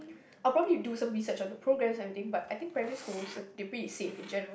I probably do some research on the programmes and everything but I think primary schools they play it safe in general